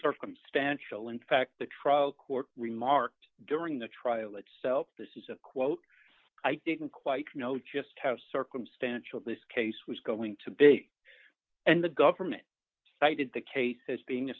circumstantial in fact the trial court remarked during the trial itself this is a quote i think didn't quite know just how circumstantial this case was going to big and the government cited the case as being a